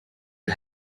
you